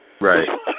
Right